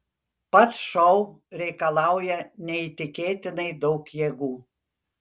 pats šou reikalauja neįtikėtinai daug jėgų